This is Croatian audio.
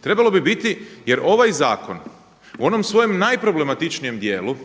Trebalo bi biti, jer ovaj zakon u onom svojem najproblematičnijem dijelu